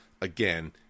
again